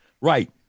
Right